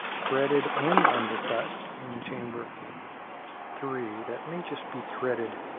threaded and undercut in chamber three. that may just be threaded,